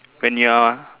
when you are